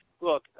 Look